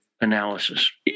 analysis